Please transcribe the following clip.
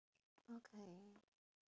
okay